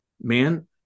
Man